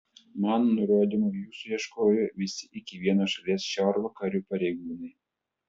mano nurodymu jūsų ieškojo visi iki vieno šalies šiaurvakarių pareigūnai